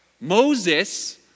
Moses